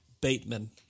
bateman